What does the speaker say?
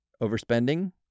overspending